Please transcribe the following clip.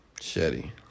Shetty